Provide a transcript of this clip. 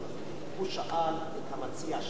הוא שאל את המציע שאלה אחת,